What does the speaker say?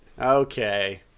Okay